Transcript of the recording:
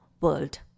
world